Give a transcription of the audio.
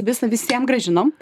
visą visiem grąžinom